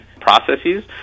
processes